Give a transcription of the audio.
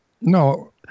No